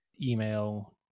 email